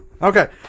Okay